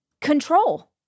control